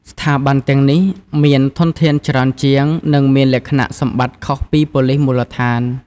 ស្ថាប័នទាំងនេះមាន ធនធាន ច្រើនជាង និងមានលក្ខណៈសម្បត្តិខុសពីប៉ូលិសមូលដ្ឋាន។